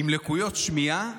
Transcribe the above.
עם לקויות שמיעה,